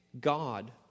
God